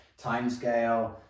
timescale